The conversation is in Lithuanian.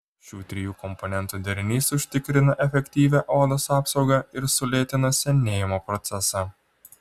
šių trijų komponentų derinys užtikrina efektyvią odos apsaugą ir sulėtina senėjimo procesą